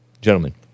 gentlemen